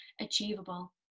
achievable